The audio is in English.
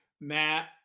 Matt